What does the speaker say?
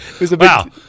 wow